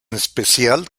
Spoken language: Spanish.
especial